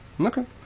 Okay